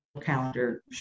calendar